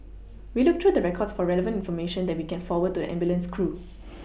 we look through the records for relevant information that we can forward to the ambulance crew